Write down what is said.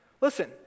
Listen